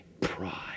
pride